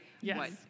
Yes